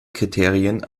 kriterien